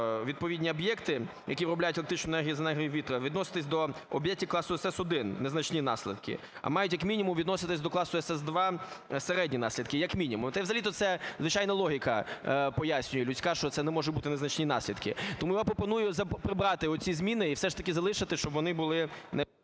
відповідні об'єкти, які виробляються електричну енергію з енергії вітру, відноситись до об'єктів класу СС1 "незначні наслідки", а мають як мінімум відноситись до класу СС2 "середні наслідки", як мінімум. Взагалі-то це звичайна логіка пояснює людська, що це не може бути незначні наслідки. Тому я пропоную прибрати оці зміни і все ж таки залишити, щоб вони були